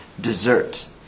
Dessert